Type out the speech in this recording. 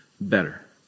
better